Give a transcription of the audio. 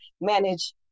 manage